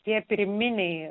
tie pirminiai